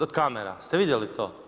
Od kamera, ste vidjeli to?